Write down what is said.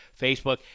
Facebook